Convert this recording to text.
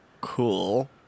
Cool